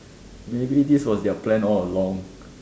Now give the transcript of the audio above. maybe this was their plan all along